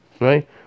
right